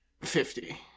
fifty